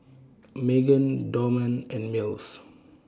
Magen Dorman and Mills